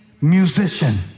musician